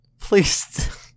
Please